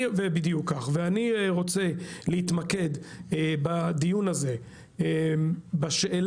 בדיוק כך, ואני רוצה להתמקד בדיון הזה בשאלה: